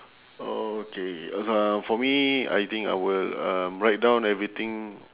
okay so for me I think I will um write down everything